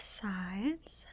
sides